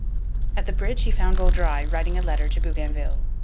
at the bridge he found vaudreuil writing a letter to bougainville.